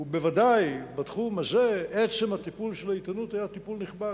ובוודאי בתחום הזה עצם הטיפול של העיתונות היה טיפול נכבד.